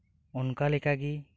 ᱚᱱᱠᱟ ᱞᱮᱠᱟᱜᱤ